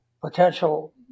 potential